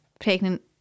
pregnant